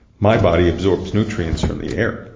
my body absorbs nutrients from the air